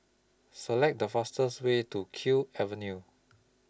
Select The fastest Way to Kew Avenue